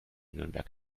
nürnberg